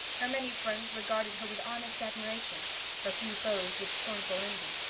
her many friends regarded her with honest admiration her few foes with scornful envy.